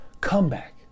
comeback